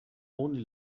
only